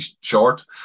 short